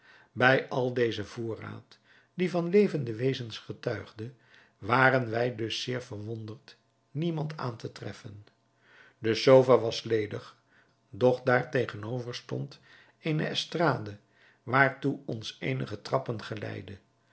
bij al dezen voorraad die van levende wezens getuigde waren wij dus zeer verwonderd niemand aan te treffen de sofa was ledig doch daartegenover stond op eene estrade waartoe ons eenige trappen